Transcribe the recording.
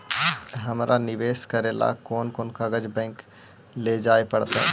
हमरा निवेश करे ल कोन कोन कागज बैक लेजाइ पड़तै?